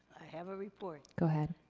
have a report. go ahead.